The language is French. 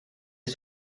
des